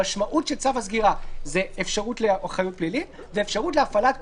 המשמעות של צו הסגירה המינהלי היא שמעבר לאיסור